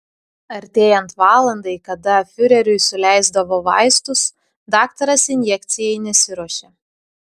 artėjant valandai kada fiureriui suleisdavo vaistus daktaras injekcijai nesiruošė